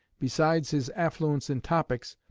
besides his affluence in topics,